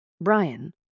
Brian